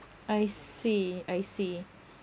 I see I see